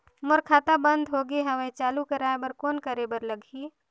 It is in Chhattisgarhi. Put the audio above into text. मोर खाता बंद हो गे हवय चालू कराय बर कौन करे बर लगही?